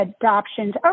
adoptions